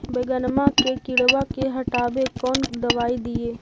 बैगनमा के किड़बा के हटाबे कौन दवाई दीए?